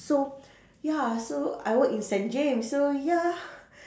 so ya so I work in Saint James so ya